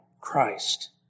Christ